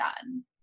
done